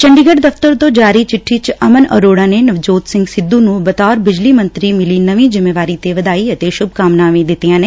ਚੰਡੀਗੜੁ ਦਫਤਰ ਤੋਂ ਜਾਰੀ ਚਿੱਠੀ ਚ ਅਮਨ ਅਰੋੜਾ ਨੇ ਨਵਜੋਤ ਸਿੰਘ ਸਿੱਧੂ ਨੂੰ ਬਤੌਰ ਬਿਜਲੀ ਮੰਤਰੀ ਮਿਲੀ ਨਵੀ ਜ਼ਿਮੇਵਾਰੀ ਤੇ ਵਧਾਈ ਅਤੇ ਸ਼ੁੱਭਕਾਮਨਾਵਾਂ ਵੀ ਦਿੱਤੀਆਂ ਨੇ